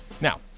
Now